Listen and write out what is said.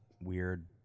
weird